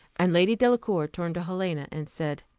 and lady delacour turned to helena, and said,